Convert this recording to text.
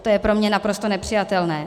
To je pro mě naprosto nepřijatelné.